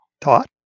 taught